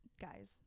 guys